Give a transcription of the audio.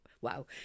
wow